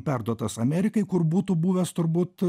perduotas amerikai kur būtų buvęs turbūt